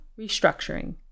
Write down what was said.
Restructuring